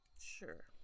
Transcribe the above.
Sure